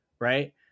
right